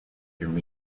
you’re